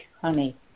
honey